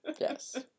Yes